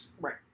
Right